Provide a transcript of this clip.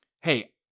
hey